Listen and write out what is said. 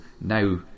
now